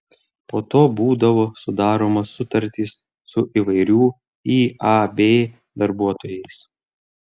po to būdavo sudaromos sutartys su įvairių iab darbuotojais